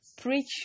preach